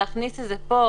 להכניס את זה פה,